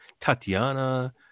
Tatiana